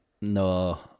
No